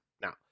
Now